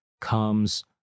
comes